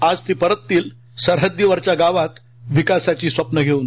आज ती परततील सरहद्दीवरच्या गावात विकासाची स्वप्नं घेऊन